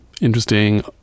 interesting